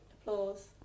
applause